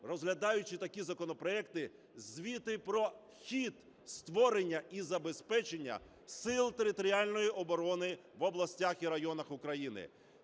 розглядаючи такі законопроекти, звіти про хід створення і забезпечення Сил територіальної оборони в областях і районах України.